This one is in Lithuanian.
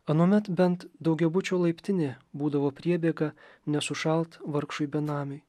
anuomet bent daugiabučio laiptinė būdavo priebėga nesušalt vargšui benamiui